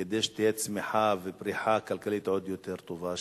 כדי שתהיה צמיחה ופריחה כלכלית עוד יותר טובה,